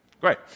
Great